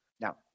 Now